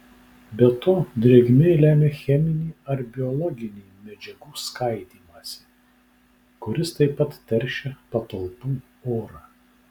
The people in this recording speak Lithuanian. be to drėgmė lemia cheminį ar biologinį medžiagų skaidymąsi kuris taip pat teršia patalpų orą